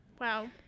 Wow